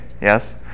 yes